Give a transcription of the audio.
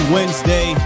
Wednesday